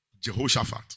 Jehoshaphat